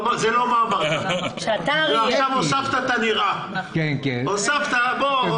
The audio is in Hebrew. הוספת את המילה "נראה".